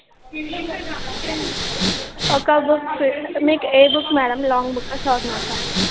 ఒక book fifth మీకు ఏ బుక్ మ్యాడమ్ లాంగ్ బుక్కా షార్ట్ నోట్సా